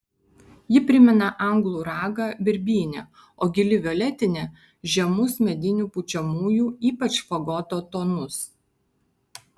ji primena anglų ragą birbynę o gili violetinė žemus medinių pučiamųjų ypač fagoto tonus